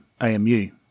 AMU